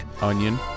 Onion